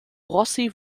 rossi